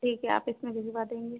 ठीक है ऑफिस में भिजवा देंगे